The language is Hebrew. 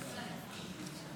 סימון.